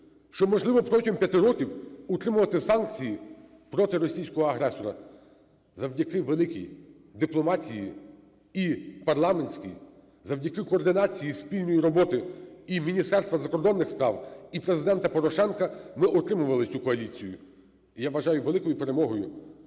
що можливо протягом п'яти років утримувати санкції проти російського агресора. Завдяки великій дипломатії і парламентській, завдяки координації спільної роботи і Міністерства закордонних справ, і Президента Порошенка ми отримували цю коаліцію. І я вважаю великою перемогою